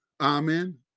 Amen